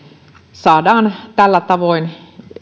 saadaan tällä tavoin